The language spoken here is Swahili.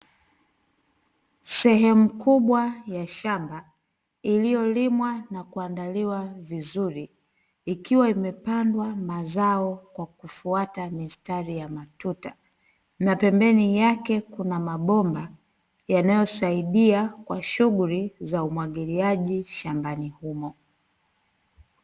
Sehemu kubwa ya shamba iliyolimwa na kuandaliwa vizuri, ikiwa imepandwa mazao kwa kufuata mistari ya matuta na pembeni yake kuna mabomba yanayosaidia kwa shughuli za umwagiliaji shambani humo.